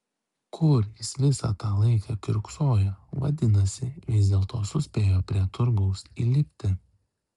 kur jis visą tą laiką kiurksojo vadinasi vis dėlto suspėjo prie turgaus įlipti